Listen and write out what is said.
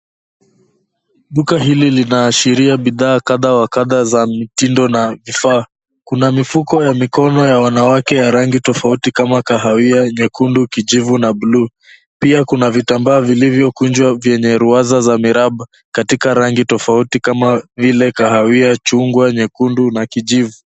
Duka hili linaashiria bidhaa kadhaa wa kadha za mitindo na vifaa. Kuna mifuko ya mikono ya wanawake ya rangi tofauti kama kahawia, nyekundu, kijivu na bluu. Pia kuna vitambaa vilivyo kunjwa vyenye ruaza za miraba katika rangi tofauti kama vile kahawia, chungwa, nyekundu na kijivu.